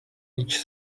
each